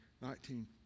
Nineteen